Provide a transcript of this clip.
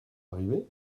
arrivé